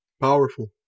powerful